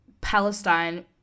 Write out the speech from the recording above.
Palestine